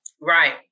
Right